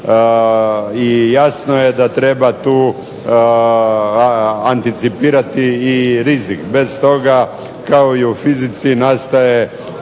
i jasno je da treba tu anticipirati i rizik, bez toga kao i u fizici nastaje